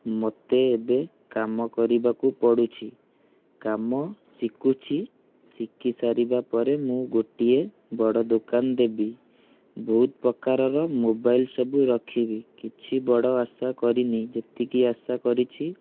ମୋତେ ଏବେ କାମ କରିବାକୁ ପଡୁଛି କାମ ଶିଖୁଛି ଶିଖିସାରିବା ପରେ ମୁଁ ଗୋଟିଏ ବଡ ଦୋକାନ ଦେବି ବହୁତ ପ୍ରକାରର ମୋବାଇଲ୍ ସବୁ ରଖିବି କିଛି ବଡ ଆଶା କରିନି ଯେତିକି ଆଶା କରିଛି